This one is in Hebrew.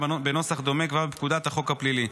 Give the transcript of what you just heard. בנוסח דומה כבר בפקודת החוק הפלילי.